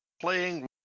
playing